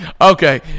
Okay